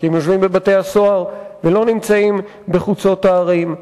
כי הם יושבים בבתי-הסוהר ולא נמצאים בחוצות הערים.